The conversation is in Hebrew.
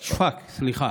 שְׁפַק, סליחה.